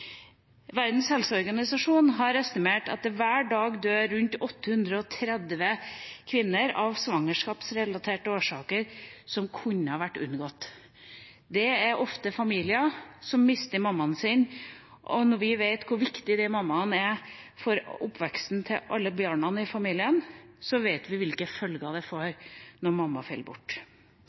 Verdens helseorganisasjon har estimert at det hver dag dør rundt 830 kvinner av svangerskapsrelaterte årsaker, som kunne ha vært unngått. Det er ofte familier som mister mammaen sin, og når vi vet hvor viktig den mammaen er for oppveksten til alle barna i familien, vet vi hvilke følger det får når mamma faller bort.